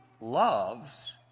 loves